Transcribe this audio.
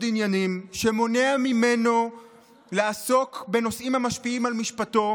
עניינים שמונע ממנו לעסוק בנושאים המשפיעים על משפטו,